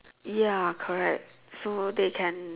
ya correct so they can